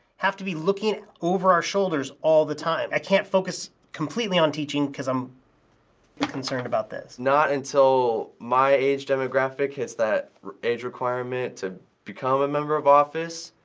have to be looking over our shoulders all the time. i can't focus completely on teaching because i'm and concerned about this. not until my age demographic hits that age requirement to become a member of office,